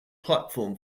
platform